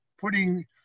putting